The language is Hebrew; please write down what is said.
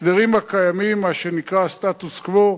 ההסדרים הקיימים, מה שנקרא הסטטוס-קוו,